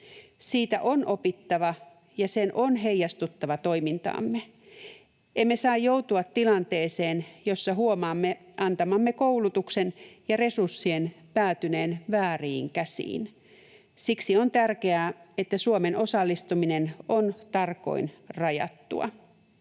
Siitä on opittava, ja sen on heijastuttava toimintaamme. Emme saa joutua tilanteeseen, jossa huomaamme antamamme koulutuksen ja resurssien päätyneen vääriin käsiin. Siksi on tärkeää, että Suomen osallistuminen on tarkoin rajattua.